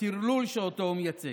הטרלול שאותו הוא מייצג.